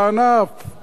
את עיר הבירה.